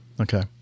Okay